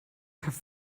have